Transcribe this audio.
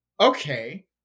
Okay